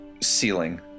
ceiling